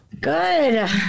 good